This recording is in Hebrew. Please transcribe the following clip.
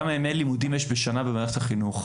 כתוב שם כמה ימי לימודים יש בשנה במערכת החינוך.